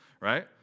right